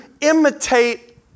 imitate